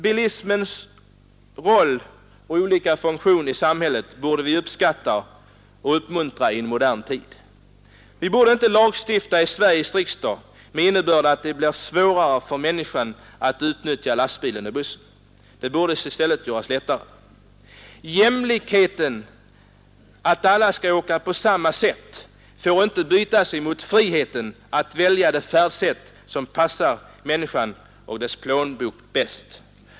Bilismens roll och olika funktioner i samhället borde vi uppskatta och uppmuntra i en modern tid. Vi borde inte lagstifta i Sveriges riksdag med innebörd att det blir svårare för människor att utnyttja lastbilen och bussen. Det borde i stället göras lättare. Den jämlikhet som uppkommer genom att alla skall åka på samma sätt får inte köpas för friheten att kunna välja det färdsätt som passar människor och deras plånbok bäst.